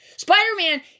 Spider-Man